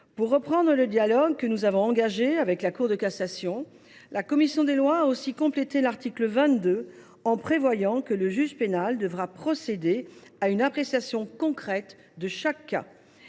En reprenant des éléments de notre dialogue avec la Cour de cassation, la commission des lois a complété l’article 18 en prévoyant que le juge pénal devra procéder à une appréciation concrète de chaque cas.